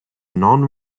non